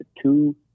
two